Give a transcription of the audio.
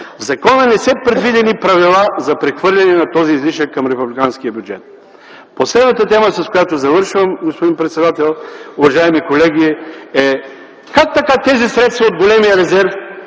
В закона не са предвидени правила за прехвърляне на този излишък към Републиканския бюджет. Уважаеми господин председател, уважаеми колеги! Как така тези средства от големия резерв